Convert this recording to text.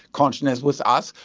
consciousness, with us,